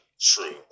true